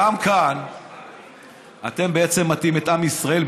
גם כאן אתם בעצם מטעים את עם ישראל,